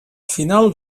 final